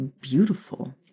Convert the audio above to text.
beautiful